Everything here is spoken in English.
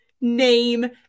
name